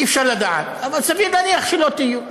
אי-אפשר לדעת, אבל סביר להניח שלא תהיו.